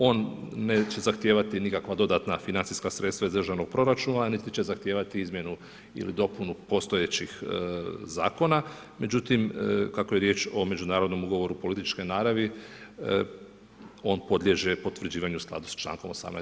On neće zahtijevati nikakva dodatna financijska sredstva iz državnog proračuna, niti će zahtijevati izmjenu ili dopunu postojećih zakona, međutim kako je riječ o međunarodnom ugovoru političke naravi on podliježe potvrđivanju u skladu sa člankom 18.